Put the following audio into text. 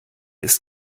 ist